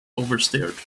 oversteered